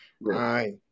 right